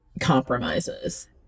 compromises